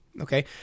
Okay